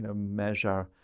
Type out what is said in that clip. measure,